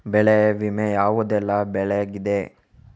ಬೆಳೆ ವಿಮೆ ಯಾವುದೆಲ್ಲ ಬೆಳೆಗಿದೆ?